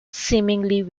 seemingly